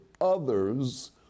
others